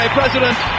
president